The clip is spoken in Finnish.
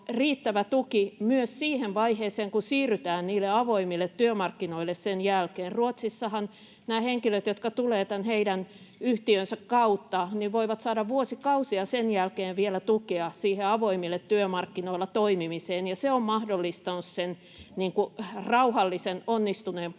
riittävä tuki myös siihen vaiheeseen, kun siirrytään niille avoimille työmarkkinoille sen jälkeen. Ruotsissahan nämä henkilöt, jotka tulevat tämän heidän yhtiönsä kautta, voivat saada vuosikausia sen jälkeen vielä tukea siihen avoimilla työmarkkinoilla toimimiseen, ja se on mahdollistanut rauhallisen, onnistuneen polun